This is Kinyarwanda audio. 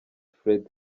fred